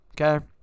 Okay